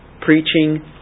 preaching